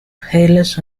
hairless